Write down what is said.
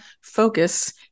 focus